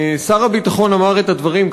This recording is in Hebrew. שר הביטחון אמר את הדברים,